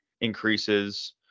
increases